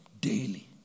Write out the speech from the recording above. daily